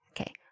Okay